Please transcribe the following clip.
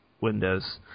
Windows